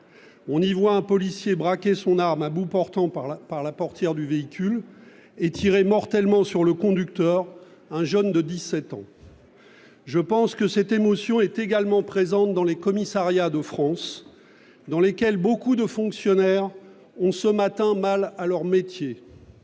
On y voit un policier braquer son arme à bout portant par la portière du véhicule et tirer mortellement sur le conducteur, un jeune de 17 ans. Je pense que cette émotion est également présente dans les commissariats de France, où les fonctionnaires sont nombreux, ce matin, à avoir mal à leur métier.